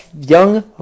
young